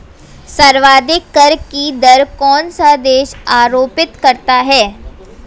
सर्वाधिक कर की दर कौन सा देश आरोपित करता है?